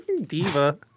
diva